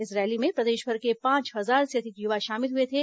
इस रैली में प्रदेशभर के पांच हजार से अधिक युवा शामिल हुए थे